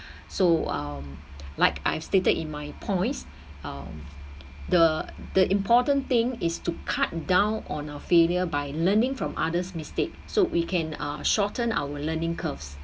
so um like I have stated in my points um the the important thing is to cut down on a failure by learning from others mistake so we can uh shorten our learning curves